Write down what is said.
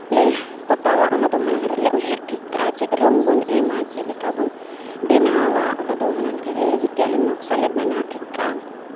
ᱞᱮ ᱯᱚᱛᱟᱣᱟ ᱚᱱᱟ ᱫᱚ ᱢᱟᱲᱟᱝ ᱨᱮᱞᱮ ᱩᱭᱦᱟᱹᱨ ᱴᱷᱤᱠ ᱠᱟᱜᱼᱟ ᱪᱮᱫ ᱨᱚᱝ ᱵᱚᱱ ᱮᱢᱟ ᱪᱮᱫᱞᱮᱠᱟ ᱵᱚᱱ ᱵᱮᱱᱟᱣᱟ ᱚᱱᱟ ᱫᱚ ᱢᱱᱟᱲᱟᱝ ᱨᱮᱜᱮ ᱞᱮ ᱡᱮᱛᱮᱭᱟᱜ ᱞᱮ ᱱᱚᱠᱥᱟ ᱞᱮ ᱵᱮᱱᱟᱣ ᱴᱷᱤᱠ ᱠᱟᱜᱼᱟ